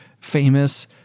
famous